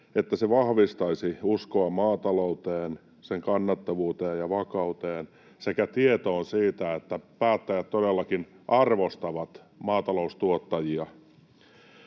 jotta se vahvistaisi uskoa maatalouteen, sen kannattavuuteen ja vakauteen sekä tietoa siitä, että päättäjät todellakin arvostavat maataloustuottajia.